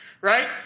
right